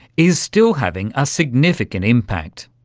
is still having a significant impact.